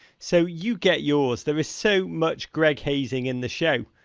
so you get yours. there is so much greg hazing in the show,